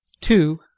two